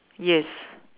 yes